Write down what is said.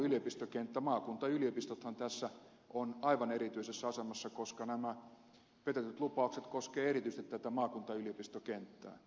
maakuntayliopistothan tässä ovat aivan erityisessä asemassa koska nämä petetyt lupaukset koskevat erityisesti maakuntayliopistokenttää